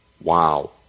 Wow